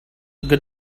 good